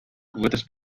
juguetes